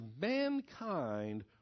mankind